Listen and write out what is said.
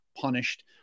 punished